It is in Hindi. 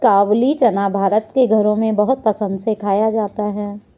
काबूली चना भारत के घरों में बहुत पसंद से खाया जाता है